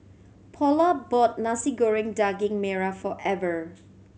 Paula bought Nasi Goreng Daging Merah for Ever